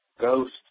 ghost